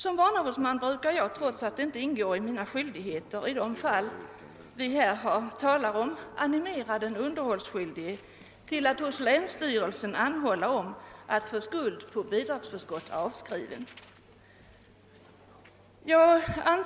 Som barnavårdsman brukar jag, trots att det inte ingår i mina skyidigheter, i de fall vi här talar om animera den underhållsskyldige till att hos länsstyrelsen anhålla om att få skulden på bidragsförskottet avskriven.